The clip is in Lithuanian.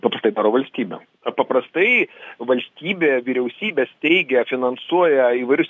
paprastai valstybė paprastai valstybė vyriausybė steigia finansuoja įvairius